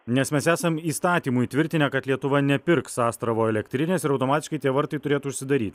nes mes esam įstatymu įtvirtinę kad lietuva nepirks astravo elektrinės ir automatiškai tie vartai turėtų užsidaryt